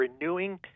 renewing